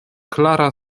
klara